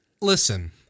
listen